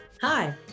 Hi